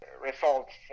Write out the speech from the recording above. results